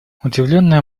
удивленные